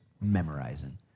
memorizing